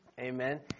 Amen